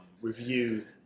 review